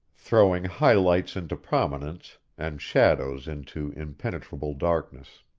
throwing high-lights into prominence and shadows into impenetrable darkness.